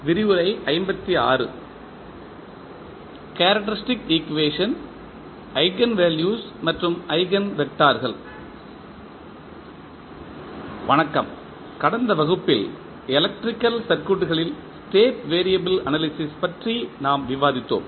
வணக்கம் கடந்த வகுப்பில் எலக்ட்ரிக்கல் சர்க்யூட்களில் ஸ்டேட் வேரியபிள் அனாலிசிஸ் பற்றி நாம் விவாதித்தோம்